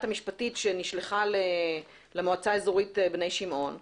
המשפטית שנשלחה למועצה אזורית בני שמעון,